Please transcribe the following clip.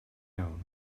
iawn